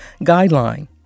Guideline